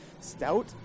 stout